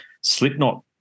Slipknot